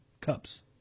cups